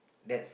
that's